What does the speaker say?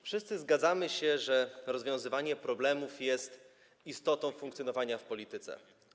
Wszyscy się zgadzamy, że rozwiązywanie problemów jest istotą funkcjonowania w polityce.